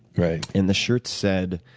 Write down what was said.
and the shirts said